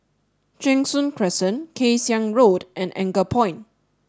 Cheng Soon Crescent Kay Siang Road and Anchorpoint